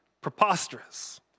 preposterous